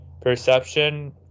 perception